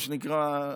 מה שנקרא,